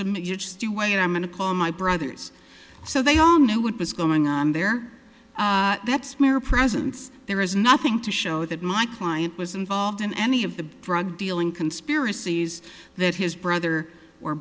stew wait i'm going to call my brothers so they all knew what was going on there that's mere presence there is nothing to show that my client was involved in any of the drug dealing conspiracies that his brother or